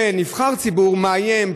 שנבחר ציבור מאיים,